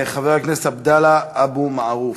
חבר הכנסת עבדאללה אבו מערוף,